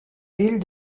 ville